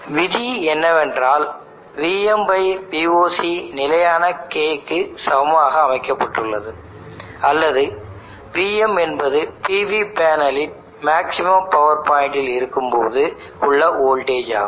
விதி என்னவென்றால் Vm Voc நிலையான K க்கு சமமாக அமைக்கப்பட்டுள்ளது அல்லது vm என்பது PV பேனலின் மேக்ஸிமம் பவர் பாயிண்டில் இருக்கும்போது உள்ள வோல்டேஜ் ஆகும்